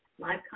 Live